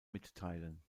mitteilen